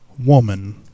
woman